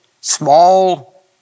small